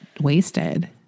wasted